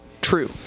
True